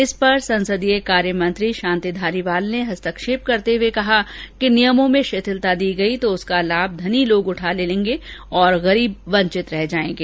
इस पर संसदीय कार्यमंत्री शांति धारीवाल ने हस्तक्षेप करते हुए कहा कि नियमों में शिथिलता दी गई तो उसका लाभ धनी लोगों उठा लेंगे और गरीब वंचित रह जाएंगे